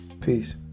peace